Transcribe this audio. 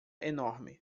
enorme